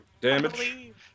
Damage